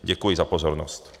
Děkuji za pozornost.